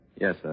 Yes